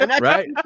Right